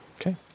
Okay